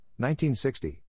1960